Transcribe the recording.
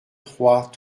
trois